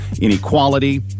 inequality